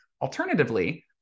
Alternatively